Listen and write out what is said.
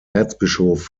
erzbischof